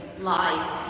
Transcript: life